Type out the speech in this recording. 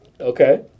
Okay